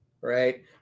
right